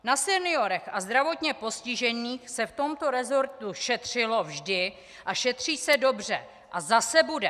Na seniorech a zdravotně postižených se v tomto resortu šetřilo vždy a šetří se dobře a zase bude.